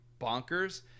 bonkers